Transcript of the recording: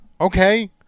Okay